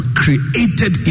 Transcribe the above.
created